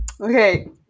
Okay